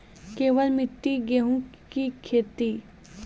केवल मिट्टी गेहूँ की खेती?